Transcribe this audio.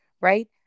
right